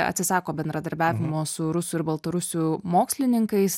atsisako bendradarbiavimo su rusų ir baltarusių mokslininkais